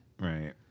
Right